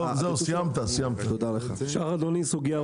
בבקשה.